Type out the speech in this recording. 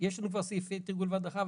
יש לנו כבר סעיפי תרגול והדרכה,